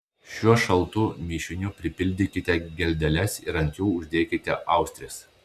šiuo šaltu mišiniu pripildykite geldeles ir ant jų uždėkite austres